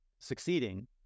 succeeding